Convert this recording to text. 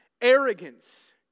arrogance